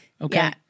Okay